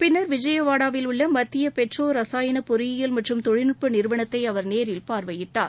பின்னர் விஜயவாடாவில் உள்ள மத்திய பெட்ரோ ரசாயன பொறியியல் மற்றும் தொழில்நுட்ப நிறுவனத்தை அவர் நேரில் பார்வையிட்டார்